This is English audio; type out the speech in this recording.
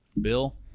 Bill